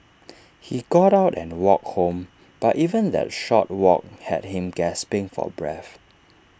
he got out and walked home but even that short walk had him gasping for breath